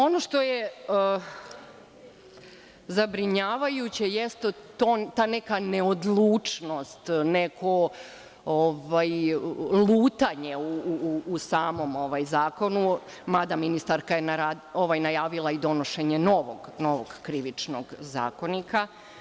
Ono što je zabrinjavajuće, jeste ta neka neodlučnost, neko lutanje u samom zakonu, mada ministarka je najavila i donošenje novog Krivičnog zakonika.